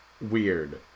weird